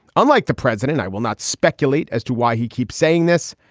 unlike the president. i will not speculate as to why he keeps saying this.